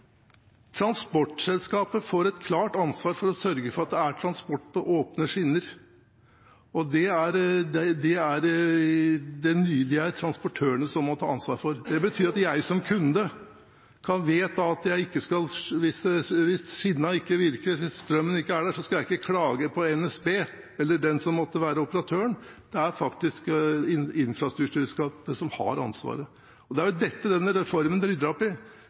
Transportselskapet får et klart ansvar for å sørge for at det er transport på åpne skinner. Det er det transportørene som må ta ansvaret for. Det betyr at jeg som kunde, hvis skinnen ikke virker eller strømmen ikke er der, vet at jeg ikke skal klage til NSB eller den som måtte være operatøren. Det er faktisk infrastrukturselskapet som har ansvaret. Det er dette denne reformen rydder opp i.